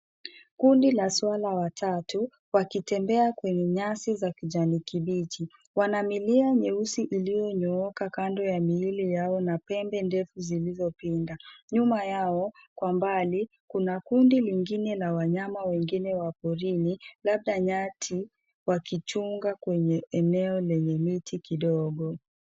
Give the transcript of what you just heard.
Kundi la swala watatu, wakitembea kwenye nyasi za kijani kibichi. Wana milia nyeusi iliyonyooka kando ya miili yao na pembe ndefu zilizopinda. Nyuma yao kwa mbali, kuna kundi lingine na wanyama wengine wa porini, labda nyati wakichunga kwenye eneo lenye miti kidogo.